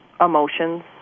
emotions